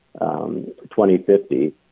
2050